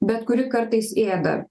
bet kuri kartais ėda